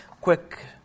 quick